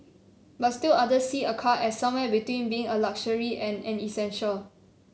but still others see a car as somewhere between being a luxury and an essential